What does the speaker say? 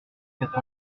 quatre